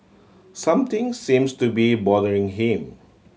something seems to be bothering him